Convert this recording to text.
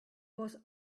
was